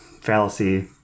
fallacy